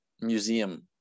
Museum